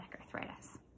arthritis